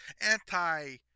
anti